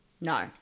No